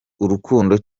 urukundo